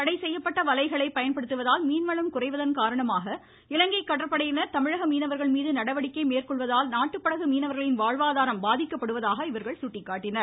தடை செய்யப்பட்ட வலைகளை பயன்படுத்துவதால் மீன்வளம் குறைவதன் காரணமாக இலங்கை கடற்படையினர் தமிழக மீனவர்கள் மீது நடவடிக்கை மேற்கொள்வதால் நாட்டுப்படகு மீனவர்களின் வாழ்வாதாரம் பாதிக்கப்படுவதாக இவர்கள் சுட்டிக்காட்டினர்